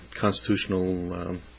constitutional